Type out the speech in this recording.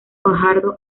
fajardo